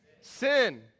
Sin